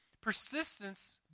Persistence